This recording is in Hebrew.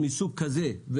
מסוג כזה,